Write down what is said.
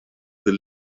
the